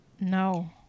No